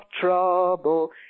trouble